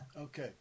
okay